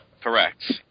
Correct